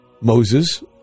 Moses